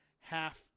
half